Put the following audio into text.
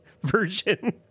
version